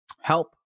help